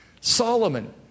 Solomon